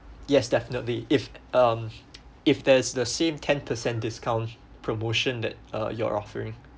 yes definitely if um if there's the same ten percent discount promotion that uh you're offering